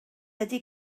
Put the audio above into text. ydy